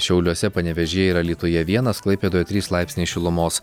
šiauliuose panevėžyje ir alytuje vienas klaipėdoj trys laipsniai šilumos